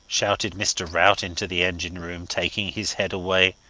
shouted mr. rout into the engine-room, taking his head away.